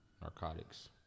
Narcotics